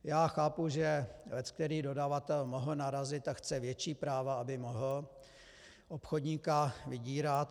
Já chápu, že leckterý dodavatel mohl narazit a chce větší práva, aby mohl obchodníka vydírat.